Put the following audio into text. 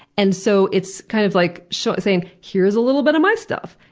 and so it's kind of like so saying, here's a little bit of my stuff.